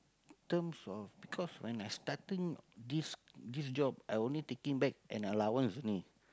terms of because when I starting this this job I only taking back an allowance only